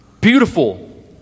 beautiful